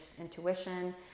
intuition